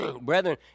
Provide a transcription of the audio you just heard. brethren